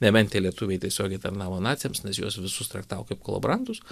nebent tie lietuviai tiesiogiai tarnavo naciams nes juos visus traktavo kaip kolaborantus